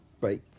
Bye